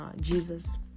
Jesus